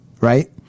right